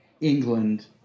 England